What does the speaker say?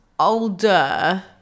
Older